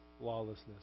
lawlessness